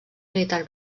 militar